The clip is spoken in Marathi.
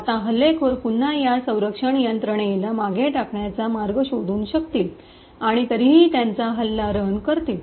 आता हल्लेखोर पुन्हा या संरक्षण यंत्रणेला मागे टाकण्याचा मार्ग शोधू शकतील आणि तरीही त्यांचा हल्ला रन करतील